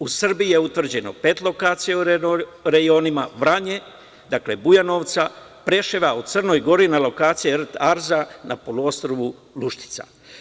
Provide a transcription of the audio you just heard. U Srbiji je utvrđeno pet lokacija u reonima Vranja, Bujanovca, Preševa, u Crnoj Gori na lokaciji Rt Arza na poluostrvu Luštica.